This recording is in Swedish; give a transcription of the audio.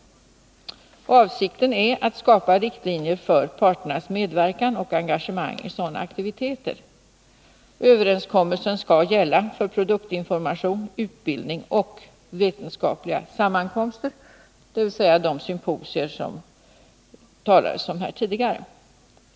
Avsikten är att skapa riktlinjer för parternas medverkan och engagemang i sådana aktiviteter. Överenskommelsen skall gälla för produktinformation, utbildning och vetenskapliga sammankomster, dvs. de symposier som det talades om här tidigare.